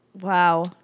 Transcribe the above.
wow